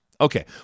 Okay